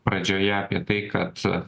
pradžioje apie tai kad